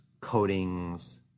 coatings